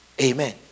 Amen